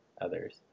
others